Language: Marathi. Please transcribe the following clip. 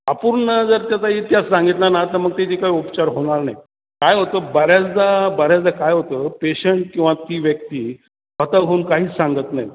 अपूर्ण जर त्याचा इतिहास सांगितला ना तर मग त्याचे काय उपचार होणार नाही काय होतं बऱ्याचदा बऱ्याचदा काय होतं पेशंट किंवा ती व्यक्ती हताश होऊन काहीच सांगत नाही